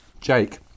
Jake